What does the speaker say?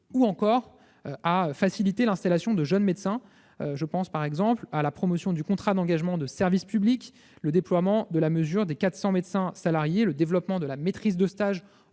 ou encore à faciliter l'installation de jeunes médecins, par la promotion du contrat d'engagement de service public, le déploiement de la mesure des « 400 médecins salariés », le développement de la maîtrise de stage